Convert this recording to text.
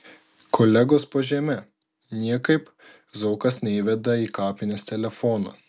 kolegos po žeme niekaip zuokas neįveda į kapines telefono